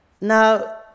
Now